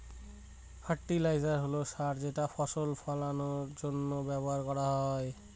fertiliser হল সার যেটা ফসল ফলানের জন্য ব্যবহার করা হয়